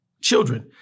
children